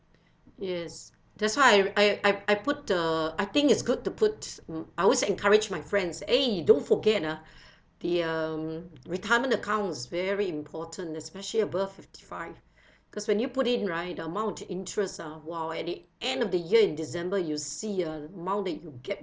yes that's why I I I put the I think it's good to put uh I always encourage my friends eh don't forget ah the um retirement accounts very important especially above fifty five because when you put it in right the amount interests ah !wow! at the end of the year in december you see ah amount you get